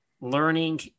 learning